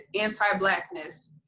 anti-blackness